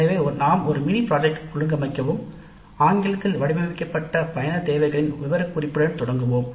எனவே நாம் ஒரு மினி ப்ராஜெக்ட் துவங்கும் போது ஆங்கிலத்தில் வடிவமைக்கப்பட்ட பயனர் தேவைகளின் விவரக்குறிப்புடன் தொடங்குவோம்